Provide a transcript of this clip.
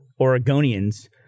Oregonians